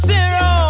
Zero